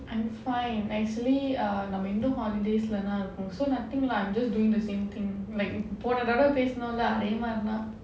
I'm fine actually err நம்ம இன்னும்:namma innum indoor holidays leh இருக்கோம்:irukkom also nothing lah I'm just doing the same thing like போன தடவ பேசுனோம்ல அதே மாதிரிதா:pona thadavae pesunomla adhae maadhiridha